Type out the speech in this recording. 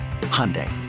Hyundai